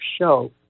show